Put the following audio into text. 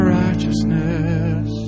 righteousness